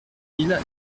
mille